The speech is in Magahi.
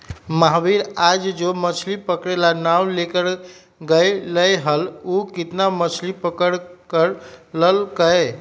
महावीर आज जो मछ्ली पकड़े ला नाव लेकर गय लय हल ऊ कितना मछ्ली पकड़ कर लल कय?